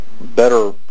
better